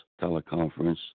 teleconference